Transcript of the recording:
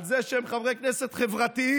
שמציגים את עצמם כך שהם חברי כנסת חברתיים,